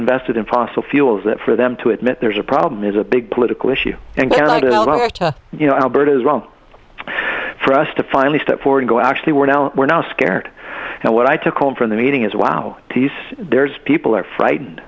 invested in fossil fuels that for them to admit there's a problem is a big political issue and you know albert is wrong for us to finally step four and go actually we're now we're now scared and what i took home from the meeting is wow these there's people are frightened